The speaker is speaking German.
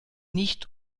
nicht